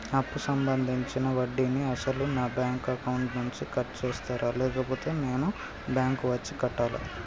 అప్పు సంబంధించిన వడ్డీని అసలు నా బ్యాంక్ అకౌంట్ నుంచి కట్ చేస్తారా లేకపోతే నేను బ్యాంకు వచ్చి కట్టాలా?